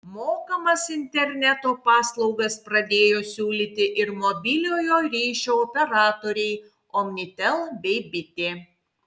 mokamas interneto paslaugas pradėjo siūlyti ir mobiliojo ryšio operatoriai omnitel bei bitė